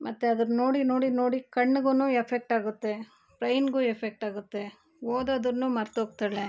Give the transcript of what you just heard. ಮತ್ತು ಅದನ್ನು ನೋಡಿ ನೋಡಿ ನೋಡಿ ಕಣ್ಣಿಗು ಎಫೆಕ್ಟ್ ಆಗುತ್ತೆ ಬ್ರೈನ್ಗೂ ಎಫೆಕ್ಟ್ ಆಗುತ್ತೆ ಓದೋದನ್ನು ಮರೆತೋಗ್ತಾಳೆ